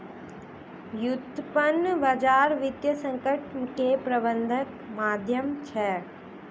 व्युत्पन्न बजार वित्तीय संकट के प्रबंधनक माध्यम छै